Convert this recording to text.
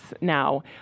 now